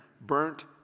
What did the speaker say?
burnt